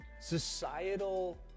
societal